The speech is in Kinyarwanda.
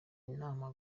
imana